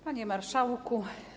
Panie Marszałku!